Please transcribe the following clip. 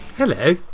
Hello